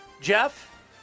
Jeff